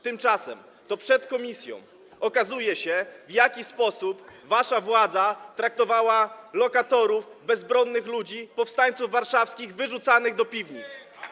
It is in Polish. Tymczasem to przed komisją okazuje się, w jaki sposób wasza władza traktowała lokatorów, bezbronnych ludzi, powstańców warszawskich wyrzucanych do piwnic.